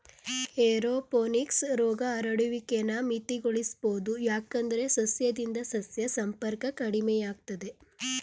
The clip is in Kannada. ಏರೋಪೋನಿಕ್ಸ್ ರೋಗ ಹರಡುವಿಕೆನ ಮಿತಿಗೊಳಿಸ್ಬೋದು ಯಾಕಂದ್ರೆ ಸಸ್ಯದಿಂದ ಸಸ್ಯ ಸಂಪರ್ಕ ಕಡಿಮೆಯಾಗ್ತದೆ